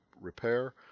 repair